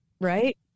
right